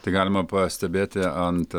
tai galima pastebėti ant